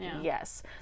Yes